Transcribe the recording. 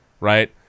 right